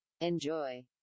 Enjoy